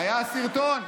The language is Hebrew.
היה סרטון,